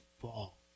fall